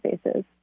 spaces